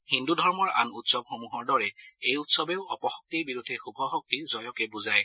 হিন্দু ধৰ্মৰ আন উৎসৱসমূহৰ দৰে এই উৎসৱেও অপশক্তিৰ বিৰুদ্ধে শুভশক্তিৰ জয়কে বুজায়